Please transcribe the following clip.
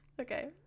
Okay